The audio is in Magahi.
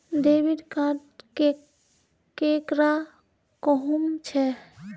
डेबिट कार्ड केकरा कहुम छे?